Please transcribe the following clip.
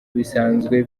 bisanzwe